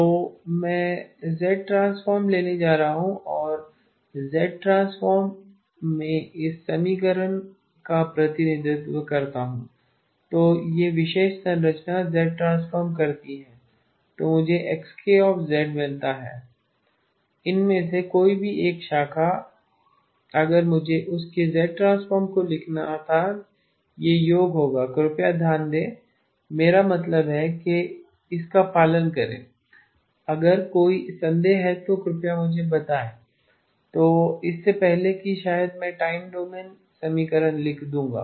तो मैं Z transform लेने जा रहा हूं और Z ट्रांसफॉर्म में इस समीकरण का प्रतिनिधित्व करता हूं तो यह विशेष संरचना Z ट्रांसफॉर्म करती है तो मुझे Xk मिलता है इनमें से कोई भी एक शाखा अगर मुझे उस के Z ट्रांसफॉर्म को लिखना था यह योग होगा कृपया ध्यान दें मेरा मतलब है कि इस का पालन करें अगर कोई संदेह है तो कृपया मुझे बताएं तो इससे पहले कि शायद मैं टाइम डोमेन समीकरण लिख दूंगा